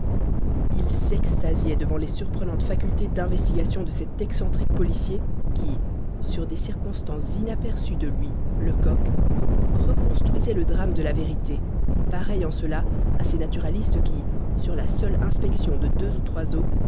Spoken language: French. il s'extasiait devant les surprenantes facultés d'investigation de cet excentrique policier qui sur des circonstances inaperçues de lui lecoq reconstruisait le drame de la vérité pareil en cela à ces naturalistes qui sur la seule inspection de deux ou trois